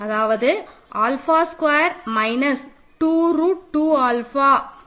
அதாவது alpha square minus 2 root 2 alpha plus 2 3